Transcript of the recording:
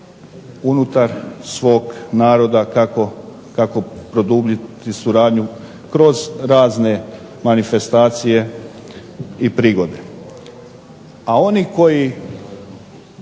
unutar svog naroda kako produbiti suradnju kroz razne manifestacije i prigode. A oni koji